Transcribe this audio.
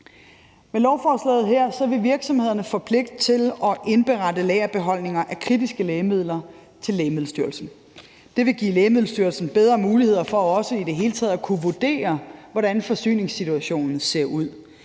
Med lovforslaget her vil virksomhederne få pligt til at indberette lagerbeholdninger af kritiske lægemidler til Lægemiddelstyrelsen. Det vil give Lægemiddelstyrelsen bedre muligheder for også i det hele taget at kunne vurdere, hvordan forsyningssituationen ser ud,